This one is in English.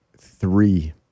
Three